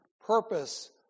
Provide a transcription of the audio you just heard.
purpose